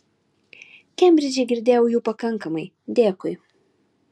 kembridže girdėjau jų pakankamai dėkui